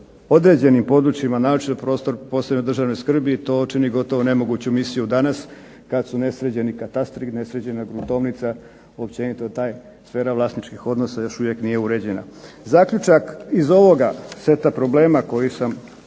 određenim područjima naročito prostora posebne državne skrbi to čini gotovo nemoguću misiju danas, kada su nesređeni katastri, nesređena gruntovnica, općenito ta sfera vlasničkih odnosa još nije uređena. Zaključak iz ovoga seta problema koje sam